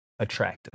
attractive